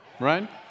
Right